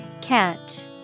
Catch